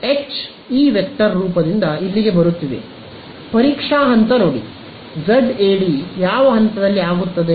H ಈ vector ರೂಪದಿಂದ ಇಲ್ಲಿಗೆ ಬರುತ್ತಿದೆ ಪರೀಕ್ಷಾ ಹಂತ ನೋಡಿ ZAd ಯಾವ ಹಂತದಲ್ಲಿ ಆಗುತ್ತದೆ